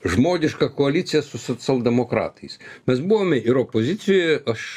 žmogišką koaliciją su socialdemokratais mes buvome ir opozicijoje aš